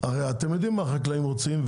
הרי אתם יודעים מה החקלאים רוצים,